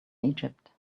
egypt